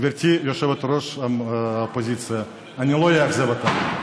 גברתי יושבת-ראש האופוזיציה, אני לא אאכזב אותך.